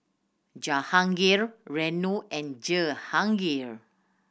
Jahangir Renu and Jehangirr